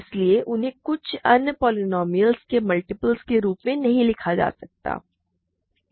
इसलिए उन्हें कुछ अन्य पोलीनोमिअलस एलिमेंट्स के मल्टीपलस के रूप में नहीं लिखा जा सकता है